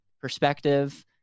perspective